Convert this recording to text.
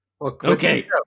Okay